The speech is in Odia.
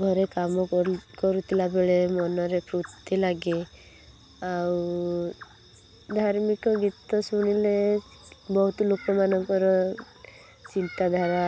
ଘରେ କାମ କରୁ କରୁଥିଲା ବେଳେ ମନରେ ଫୂର୍ତ୍ତି ଲାଗେ ଆଉ ଧାର୍ମିକ ଗୀତ ଶୁଣିଲେ ବହୁତ ଲୋକମାନଙ୍କର ଚିନ୍ତାଧାରା